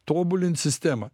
tobulint sistemą